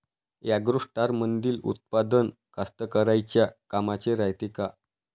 ॲग्रोस्टारमंदील उत्पादन कास्तकाराइच्या कामाचे रायते का?